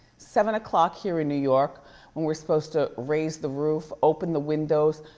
seven o'clock here in new york when we're supposed to raise the roof, open the windows,